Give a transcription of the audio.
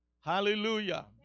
Hallelujah